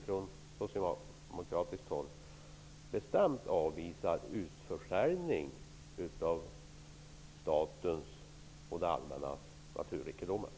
Från socialdemokratiskt håll avvisar vi bestämt utförsäljning av statens och det allmännas naturrikedomar.